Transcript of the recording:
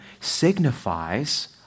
signifies